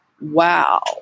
Wow